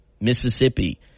Mississippi